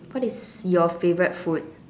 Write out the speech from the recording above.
what is your favourite food